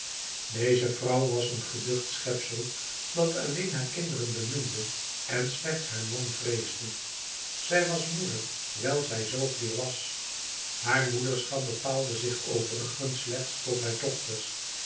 deze vrouw was een geducht schepsel dat alleen haar kinderen beminde en slechts haar man vreesde zij was moeder wijl zij zoogdier was haar moederschap bepaalde zich overigens slechts tot haar dochters